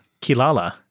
kilala